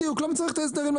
בדיוק, למה צריך את ההסדרים?